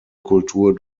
kultur